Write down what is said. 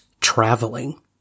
traveling